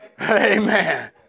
Amen